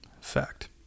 fact